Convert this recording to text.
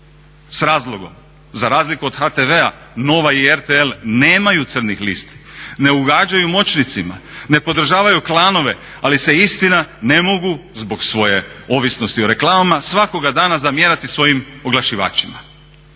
s razlogom. Za razliku od HTV-a NOVA i RTL nemaju crnih listi, ne ugađaju moćnicima, ne podržavaju klanove ali se istina ne mogu zbog svoje ovisnosti o reklama svakoga dana zamjerati svojim oglašivačima.